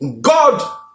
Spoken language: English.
God